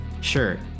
sure